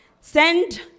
Send